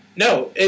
No